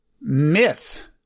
myth